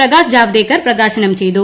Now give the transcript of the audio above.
പ്രകാശ്ജാവദേ ക്കർ പ്രകാശനം ചെയ്തു